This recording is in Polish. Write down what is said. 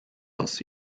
was